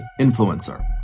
Influencer